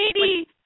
lady